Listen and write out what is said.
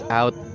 out